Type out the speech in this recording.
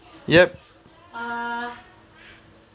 yup